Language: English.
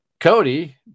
Cody